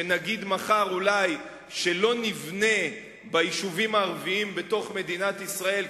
שנגיד מחר אולי שלא נבנה ביישובים הערביים במדינת ישראל,